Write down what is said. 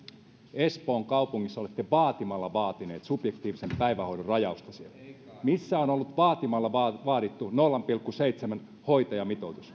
espoon kaupungissa olette vaatimalla vaatinut subjektiivisen päivähoidon rajausta missä on ollut vaatimalla vaadittu nolla pilkku seitsemän hoitajamitoitus